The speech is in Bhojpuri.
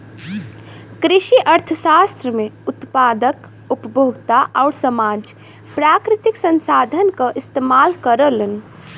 कृषि अर्थशास्त्र में उत्पादक, उपभोक्ता आउर समाज प्राकृतिक संसाधन क इस्तेमाल करलन